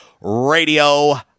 Radio